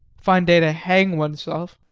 fine day to hang oneself.